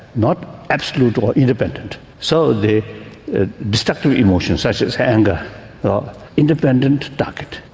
not absolute or independent. so the destructive emotion such as anger independent target.